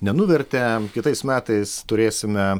nenuvertė kitais metais turėsime